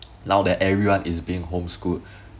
now that everyone is being homeschooled